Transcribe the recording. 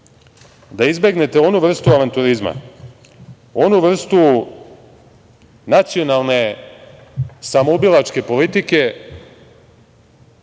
vas izbegnete onu vrstu avanturizma, onu vrstu nacionalne samoubilačke politike